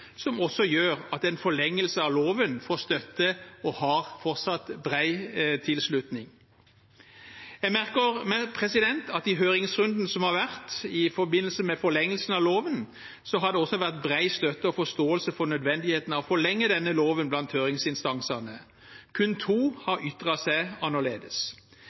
gjør også at en forlengelse av loven får støtte og fortsatt har bred tilslutning. Jeg merker meg at i høringsrunden som har vært i forbindelse med forlengelsen av loven, har det også vært bred støtte og forståelse blant høringsinstansene for nødvendigheten av å forlenge denne loven. Kun to har ytret seg annerledes.